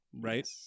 right